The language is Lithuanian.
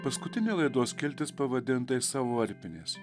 paskutinė laidos skiltis pavadinta iš savo varpinės